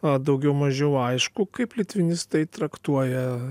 a daugiau mažiau aišku kaip litvinistai traktuoja